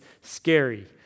scary